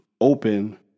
open